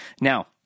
Now